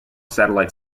satellite